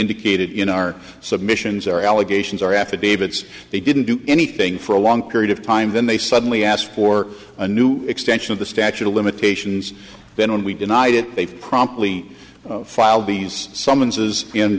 indicated in our submissions are allegations are affidavits they didn't do anything for a long period of time then they suddenly asked for a new extension of the statute of limitations then we denied it they promptly filed b s summonses